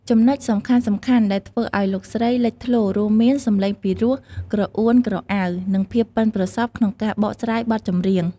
ចំណុចសំខាន់ៗដែលធ្វើឱ្យលោកស្រីលេចធ្លោរួមមាន សំឡេងពីរោះក្រអួនក្រអៅ និងភាពបុិនប្រសព្វក្នុងការបកស្រាយបទចម្រៀង។